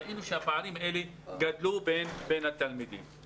ראינו שהפערים האלה בין התלמידים גדלו.